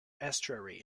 estuary